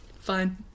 Fine